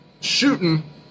shooting